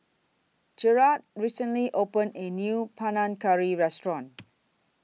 Jarred recently opened A New Panang Curry Restaurant